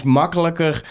makkelijker